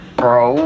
bro